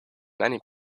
many